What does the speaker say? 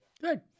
Good